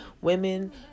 women